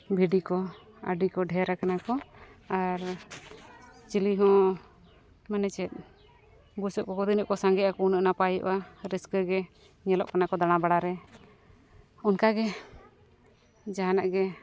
ᱵᱷᱤᱰᱤ ᱠᱚ ᱟᱹᱰᱤ ᱠᱚ ᱰᱷᱮᱨ ᱟᱠᱟᱱᱟ ᱠᱚ ᱟᱨ ᱪᱤᱞᱤᱦᱚᱸ ᱢᱟᱱᱮ ᱪᱮᱫ ᱵᱩᱥᱟᱹᱜ ᱠᱚ ᱛᱤᱱᱟᱹᱜ ᱠᱚ ᱥᱟᱸᱜᱮᱜᱼᱟ ᱩᱱᱟᱹᱜ ᱱᱟᱯᱟᱭᱚᱜᱼᱟ ᱨᱟᱹᱥᱠᱟᱹ ᱜᱮ ᱧᱮᱞᱚᱜ ᱠᱟᱱᱟ ᱠᱚ ᱫᱟᱬᱟ ᱵᱟᱲᱟ ᱨᱮ ᱚᱱᱠᱟ ᱜᱮ ᱡᱟᱦᱟᱱᱟᱜ ᱜᱮ